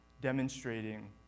demonstrating